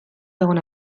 egon